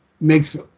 makes